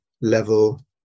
level